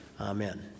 Amen